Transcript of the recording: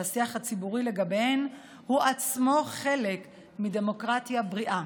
והשיח הציבורי לגביהן הוא עצמו חלק מדמוקרטיה בריאה.